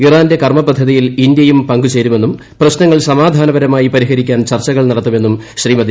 ഇറാന്റെ കർമ്മപദ്ധതിയിൽ ഇന്ത്യയും പങ്കുചേരുമെന്നും പ്രശ്നങ്ങൾ സമാധാനപരമായി പരിഹരിക്കാൻ ചർച്ചകൾ നടത്തുമെന്നും ശ്രീമതി